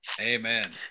Amen